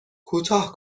کوتاه